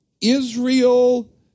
Israel